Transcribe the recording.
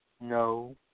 no